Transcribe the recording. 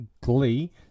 glee